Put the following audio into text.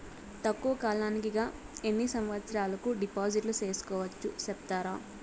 తక్కువ కాలానికి గా ఎన్ని సంవత్సరాల కు డిపాజిట్లు సేసుకోవచ్చు సెప్తారా